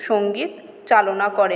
সঙ্গীত চালনা করেন